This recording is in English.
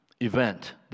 event